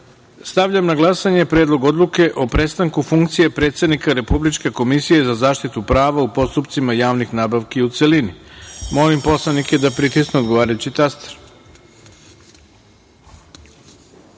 tačka. Stavljam na glasanje Predlog odluke o prestanku funkcije predsednika Republičke komisije za zaštitu prava u postupcima javnih nabavki, u celini. Molim poslanike da pritisnu odgovarajući